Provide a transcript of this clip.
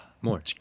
More